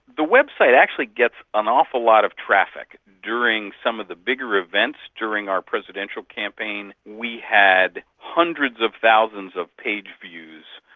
the website actually gets an awful lot of traffic. during some of the bigger events, during our presidential campaign, we had hundreds of thousands of page views.